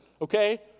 okay